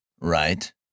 right